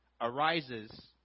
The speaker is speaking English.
arises